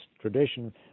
tradition